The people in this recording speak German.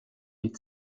die